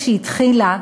כשהיא התחילה,